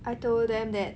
I told them that